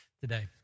today